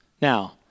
Now